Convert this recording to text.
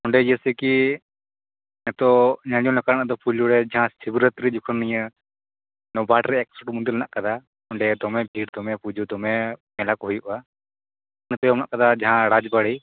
ᱚᱸᱰᱮ ᱡᱟ ᱭᱥᱮ ᱠᱤ ᱱᱤᱛᱚᱜ ᱧᱮᱞᱮᱞ ᱞᱮᱠᱟᱱᱟᱜ ᱫᱚ ᱯᱩᱭᱞᱩ ᱨᱮ ᱡᱟᱦᱟᱸ ᱥᱤᱵᱨᱟ ᱛᱨᱤ ᱡᱚᱠᱷᱚᱱ ᱱᱤᱭᱟᱹ ᱱᱚᱵᱟᱵᱽᱦᱟᱴᱨᱮ ᱮᱠᱥᱚᱴᱤ ᱢᱚᱱᱫᱤᱨ ᱢᱮᱱᱟᱜ ᱟᱠᱟᱫᱟ ᱚᱸᱰᱮ ᱫᱚᱢᱮ ᱵᱷᱤᱲ ᱫᱚᱢᱮ ᱯᱩᱡᱟᱹ ᱫᱚᱢᱮ ᱢᱮᱞᱟ ᱠᱚ ᱦᱩᱭᱩᱜᱼᱟ ᱚᱱᱟ ᱛᱟᱭᱚᱢ ᱢᱮᱱᱟᱜ ᱟᱠᱟᱫᱟ ᱡᱟᱦᱟᱸ ᱨᱟᱡᱽᱵᱟ ᱲᱤ